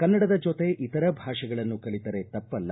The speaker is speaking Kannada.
ಕನ್ನಡದ ಜೊತೆ ಇತರ ಭಾಷೆಗಳನ್ನು ಕಲಿತರೆ ತಪ್ಪಲ್ಲ